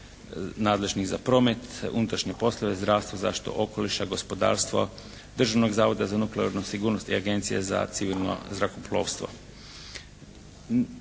nadležnih za promet, unutrašnje poslove, zdravstvo, zaštitu okoliša, gospodarstvo, Državnog zavoda za nuklearnu sigurnost i Agencije za civilno zrakoplovstvo.